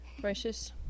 precious